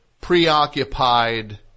preoccupied